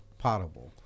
potable